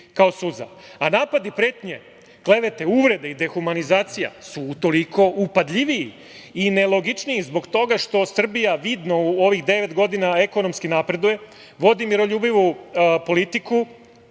suza. Napadi, pretnje, klevete, uvrede i dehumanizacija su utoliko upadljiviji i nelogičniji zbog toga što Srbija vidno u ovih devet godina ekonomski napreduje, vodi miroljubivu politiku,